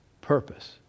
purpose